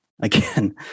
again